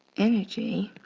energy